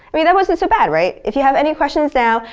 i mean that wasn't so bad, right! if you have any questions now,